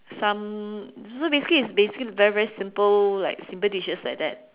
some so basically is basically very very simple like simple dishes like that